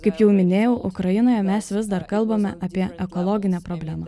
kaip jau minėjau ukrainoje mes vis dar kalbame apie ekologinę problemą